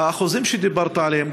האחוזים שדיברת עליהם,